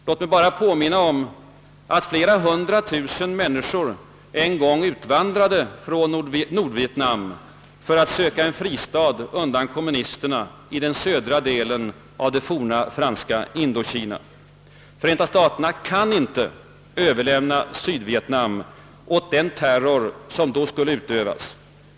Låt mig bara påminna om att flera hundratusen människor en gång utvandrade från Nordvietnam för att söka en fristad undan kommunisterna i den södra delen av det forna franska Indokina. Förenta staterna kan inte överlämna Sydvietnam åt den terror, som då skulle utövas.